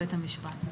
בית המשפט.